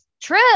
true